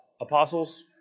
Apostles